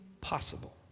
possible